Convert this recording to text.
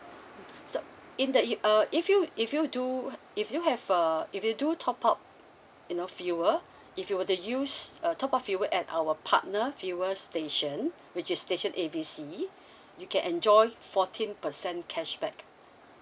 so in the e~ uh if you if you do if you have a if you do top up you know fuel if you were to use uh top up fuel at our partner fuel station which is station A B C you can enjoy fourteen percent cashback